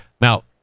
now